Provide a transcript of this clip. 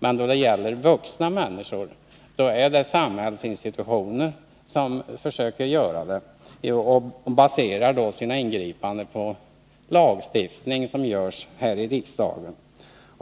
men då det gäller vuxna människor är det samhällsinstitutioner som försöker göra det, och de baserar då sina ingripanden på lagar som stiftas här i riksdagen.